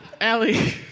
Allie